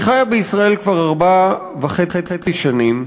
אני חיה בישראל כבר ארבע וחצי שנים,